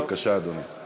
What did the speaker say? בבקשה, אדוני.